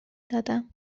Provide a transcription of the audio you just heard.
دادم